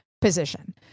position